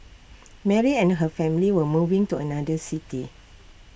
Mary and her family were moving to another city